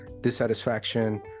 dissatisfaction